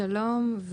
שלום.